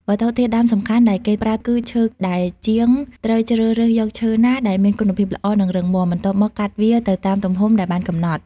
វត្ថុធាតុដើមសំខាន់ដែលគេប្រើគឺ ឈើ ដែលជាងត្រូវជ្រើសរើសយកឈើណាដែលមានគុណភាពល្អ និងរឹងមាំ បន្ទាប់មកកាត់វាទៅតាមទំហំដែលបានកំណត់។